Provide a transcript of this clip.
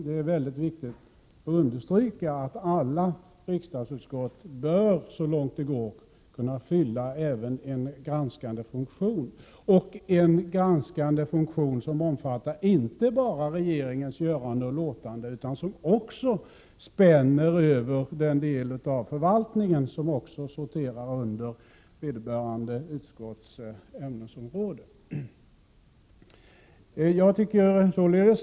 Det är viktigt att understryka att alla riksdagsutskott bör så långt det går kunna fylla en granskande funktion, som omfattar inte bara regeringens göranden och låtanden utan också spänner över den del av förvaltningen som sorterar under vederbörande utskotts ämnesområde.